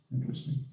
Interesting